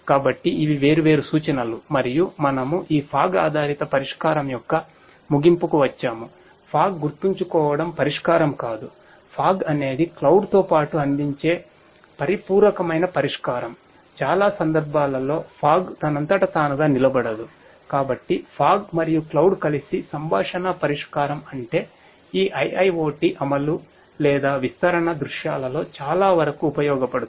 కాబట్టి ఇవి వేర్వేరు సూచనలు మరియు మనము ఈ ఫాగ్ కలిసి సంభాషణ పరిష్కారం అంటే ఈ IIoT అమలు లేదా విస్తరణ దృశ్యాలలో చాలావరకు ఉపయోగపడుతుంది